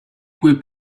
quei